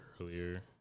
earlier